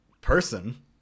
person